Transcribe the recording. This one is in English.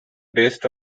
based